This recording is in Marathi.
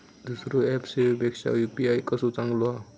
दुसरो ऍप सेवेपेक्षा यू.पी.आय कसो चांगलो हा?